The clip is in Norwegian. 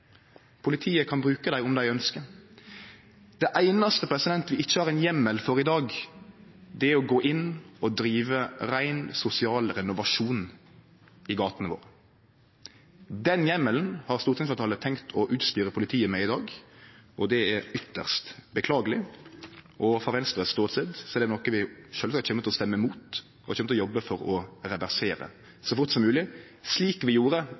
Politiet kan bruke dei om dei ønskjer. Det einaste vi ikkje har ein heimel for i dag, er å gå inn og drive rein sosial renovasjon i gatene våre. Den heimelen har stortingsfleirtalet tenkt å utstyre politiet med i dag, og det er ytst beklageleg. Frå Venstres ståstad er det noko vi sjølvsagt kjem til å stemme imot, og kjem til å jobbe for å reversere så fort som mogleg, slik vi gjorde